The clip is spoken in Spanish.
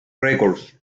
records